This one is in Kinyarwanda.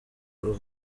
ubu